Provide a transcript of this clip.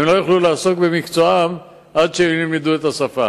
הם לא יוכלו לעסוק במקצוע עד שהם ילמדו את השפה.